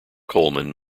coleman